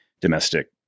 domestic